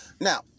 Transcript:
Now